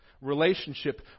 relationship